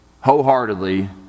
wholeheartedly